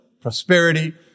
prosperity